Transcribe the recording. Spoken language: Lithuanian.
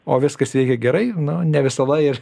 o viskas veikia gerai nu ne visada ir